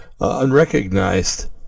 unrecognized